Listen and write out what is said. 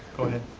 go ahead.